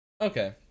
Okay